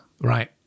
Right